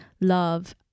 love